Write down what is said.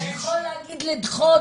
אתה יכול להגיד, לדחות,